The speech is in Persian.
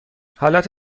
حالت